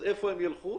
אז איפה הם ילכו?